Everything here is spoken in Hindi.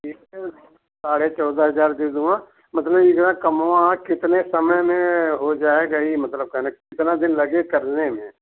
देखते हैं साढ़े चौदह हज़ार बीगवा मतलब यह जो है कमवा कितने समय में हो जाएगा यह मतलब कहने का कितना दिन लगेगा करने में